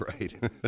right